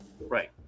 right